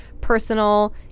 personal